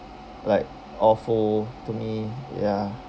like awful to me ya